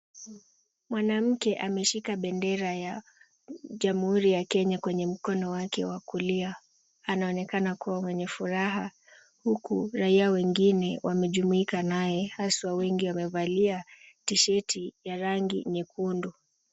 Mwanamke ameshika bendera ya Jamhuri ya Kenya kwenye mkono wake wa kulia , anaonekana kua mwenye furaha , huku raia wengine wamejumuika naye haswa wengi wamevalia tisheti ya rangi nyekundu .